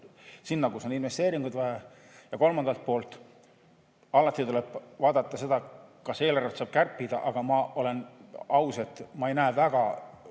sinna, kus on investeeringuid vaja. Ja kolmandalt poolt: alati tuleb vaadata seda, kas eelarvet saab kärpida. Aga ma olen aus, ma ei näe väga